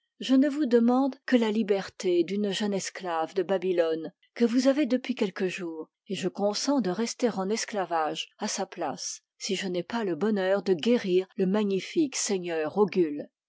je ne vous demande que la liberté d'une jeune esclave de babylone que vous avez depuis quelques jours et je consens de rester en esclavage à sa place si je n'ai pas le bonheur de guérir le magnifique seigneur